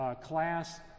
class